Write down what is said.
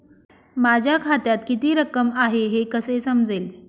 माझ्या खात्यात किती रक्कम आहे हे कसे समजेल?